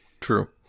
true